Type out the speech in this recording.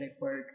work